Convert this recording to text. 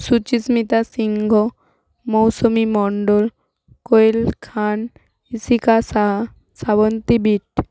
Suchismita Singha Mousumi Mondal Koel Khan Ishika Saha Srabanti bit